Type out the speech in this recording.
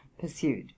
pursued